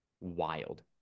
Wild